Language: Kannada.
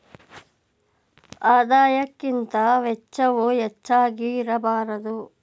ಆದಾಯಕ್ಕಿಂತ ವೆಚ್ಚವು ಹೆಚ್ಚಾಗಿ ಇರಬಾರದು